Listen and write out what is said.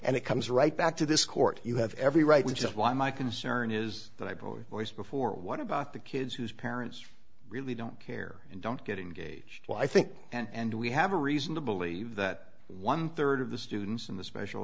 and it comes right back to this court you have every right which is why my concern is that i board boys before what about the kids whose parents really don't care and don't get engaged well i think and we have a reason to believe that one third of the students in the special